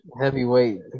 Heavyweight